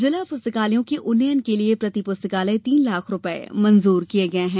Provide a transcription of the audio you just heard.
जिला प्रस्तकालयों के उन्नयन के लिये प्रति पुस्तकालय तीन लाख रुपये मंजूर किये गये हैं